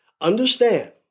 understand